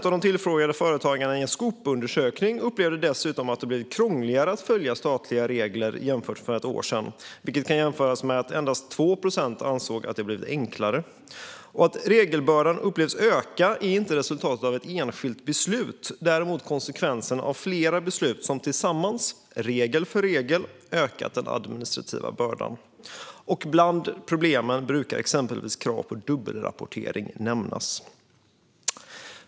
Av de tillfrågade företagarna i en Skopundersökning upplever 29 procent dessutom att det har blivit krångligare att följa statliga regler jämfört med för ett år sedan. Det kan jämföras med att endast 2 procent anser att det har blivit enklare. Att regelbördan upplevs öka är inte resultatet av ett enskilt beslut utan konsekvensen av flera beslut som tillsammans, regel för regel, ökat den administrativa bördan. Bland problemen brukar exempelvis krav på dubbelrapportering nämnas.